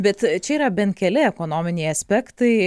bet čia yra bent keli ekonominiai aspektai